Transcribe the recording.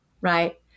right